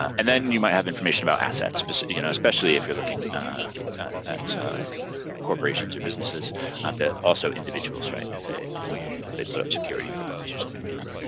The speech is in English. and then you might have information about assets. and especially if you're looking at corporations or businesses, but also individuals, right? if they if they put up security for loans or something like that.